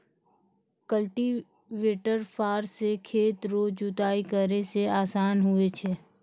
cultivator फार से खेत रो जुताइ करै मे आसान हुवै छै